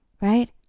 Right